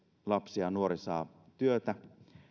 lapsi ja nuori saa työtä